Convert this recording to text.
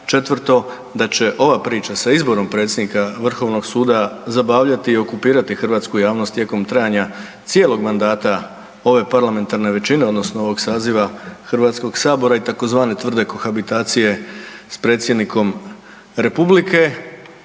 Četvrto, da će ova priča sa izborom predsjednika Vrhovnog suda zabavljati i okupirati hrvatsku javnost tijekom trajanja cijelog mandata ove parlamentarne većine, odnosno ovog saziva Hrvatskog saziva i tzv. tvrde kohabitacije sa Predsjednikom Republike.